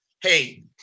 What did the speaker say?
hey